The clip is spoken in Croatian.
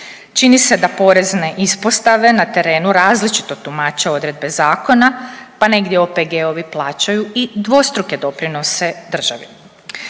Čini se da porezne ispostave na terenu različito tumače odredbe zakona pa negdje OPG-ovi plaćaju i dvostruke doprinose državi.